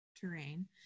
terrain